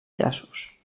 llaços